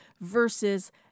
versus